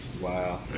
Wow